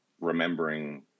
remembering